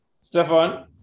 Stefan